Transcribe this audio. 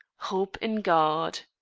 hope in god